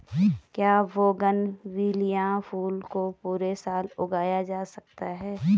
क्या बोगनविलिया फूल को पूरे साल उगाया जा सकता है?